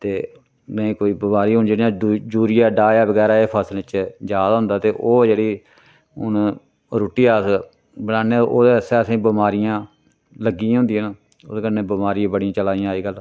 ते में कोई बमारी हून जियां यूरिया डाया बगैरा एह् फसल च जा दा होंदा ते ओह् जेह्ड़ी हून रुट्टी अस बनाने ओह्दे आस्तै असें बमारियां लग्गी दियां होदियां न ओह्दे कन्नै बमारियां बड़ियां चला दियां अज्जकल